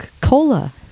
cola